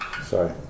Sorry